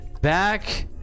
Back